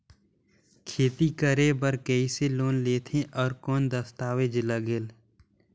खेती करे बर कइसे लोन लेथे और कौन दस्तावेज लगेल?